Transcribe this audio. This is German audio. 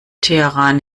teheran